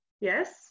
Yes